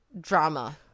drama